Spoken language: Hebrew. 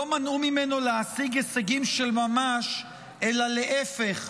לא מנעו ממנו להשיג הישגים של ממש אלא להפך,